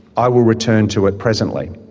i will return to it presently.